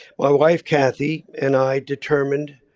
my wife kathy and i determined